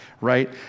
right